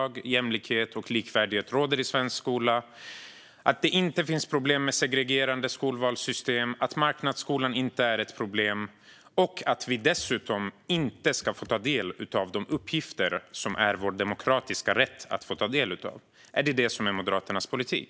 Anser ni att jämlikhet och likvärdighet råder i svensk skola, att det inte finns problem med segregerande skolvalssystem, att marknadsskolan inte är ett problem och att vi dessutom inte ska få ta del av de uppgifter som det är vår demokratiska rätt att få ta del av? Är det Moderaternas politik?